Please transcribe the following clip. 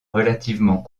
relativement